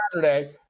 Saturday